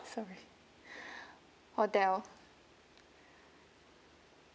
sorry hotel